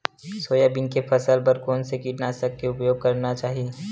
Soybean के फसल बर कोन से कीटनाशक के उपयोग करना चाहि?